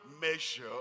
measure